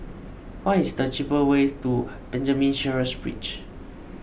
what is the cheapest way to Benjamin Sheares Bridge